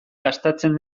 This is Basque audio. gastatzen